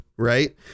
Right